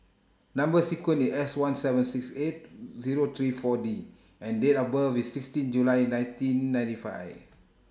Number sequence IS S one seven six eight Zero three four D and Date of birth IS sixteen July nineteen ninety five